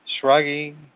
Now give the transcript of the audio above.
Shrugging